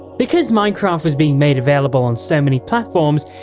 because minecraft was being made available on so many platforms,